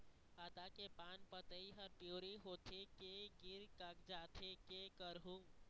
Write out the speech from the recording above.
आदा के पान पतई हर पिवरी होथे के गिर कागजात हे, कै करहूं?